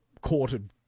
courted